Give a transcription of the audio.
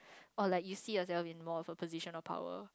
or like you see yourself in more of a position of power